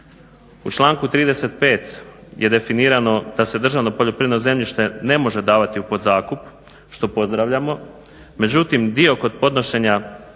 U članku 35. je definirano da se državno poljoprivredno zemljište ne može davati u podzakup, što pozdravljamo, međutim dio kod podnošenja,